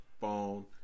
phone